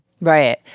Right